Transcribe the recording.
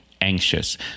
Anxious